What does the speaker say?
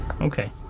Okay